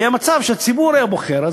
אם היה מצב שהציבור היה בוחר,